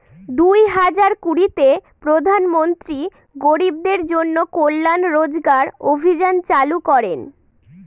দুই হাজার কুড়িতে প্রধান মন্ত্রী গরিবদের জন্য কল্যান রোজগার অভিযান চালু করেন